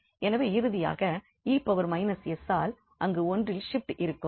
எனவே இறுதியாக 𝑒−𝑠 ஆல் அங்கு 1இல் ஷிப்ட் இருக்கும்